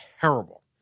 terrible